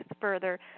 further